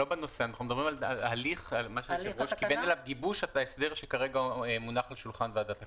היושב-ראש כיוון לגיבוש ההסדר שכרגע מונח על שולחן ועדת הכלכלה.